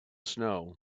snow